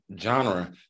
genre